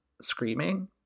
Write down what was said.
screaming